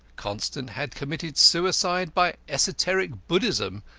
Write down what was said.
constant had committed suicide by esoteric buddhism,